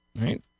Right